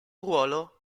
ruolo